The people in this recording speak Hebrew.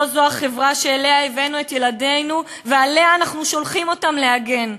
לא זו החברה שאליה הבאנו את ילדינו ושעליה אנחנו שולחים אותם להגן.